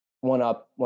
one-up